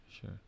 Sure